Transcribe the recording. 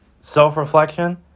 Self-reflection